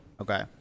Okay